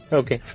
okay